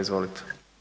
Izvolite.